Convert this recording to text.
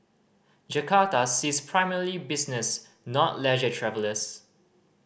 Jakarta sees primarily business not leisure travellers